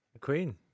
Queen